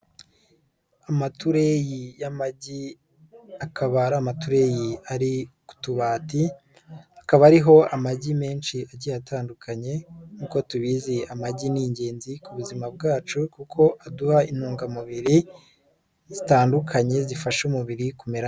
Amatureyi y'amagi akabara amatureyi ari ku tubati, akaba ariho amagi menshi agiye atandukanye nk'uko tubizi amagi ni ingenzi ku buzima bwacu kuko aduha intungamubiri zitandukanye zifasha umubiri kumera.